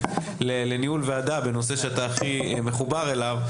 לניהול ועדה בנושא שאתה הכי מחובר אליו.